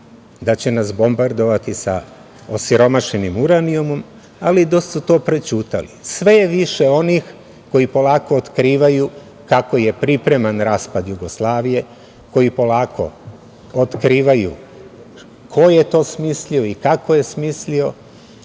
da će nas bombardovati sa osiromašenim uranijumom, ali da su to prećutali. Sve je više onih koji polako otkrivaju kako je pripreman raspad Jugoslavije, koji polako otkrivaju ko je to smislio i kako je smislio,